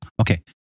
Okay